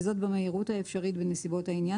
וזאת במהירות האפשרית בנסיבות העניין